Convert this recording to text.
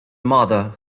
mother